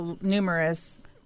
numerous